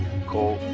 nicole